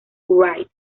wright